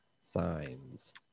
signs